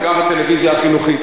וגם הטלוויזיה החינוכית,